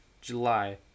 July